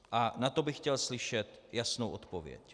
A na to bych chtěl slyšet jasnou odpověď.